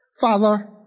Father